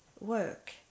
work